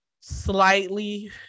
slightly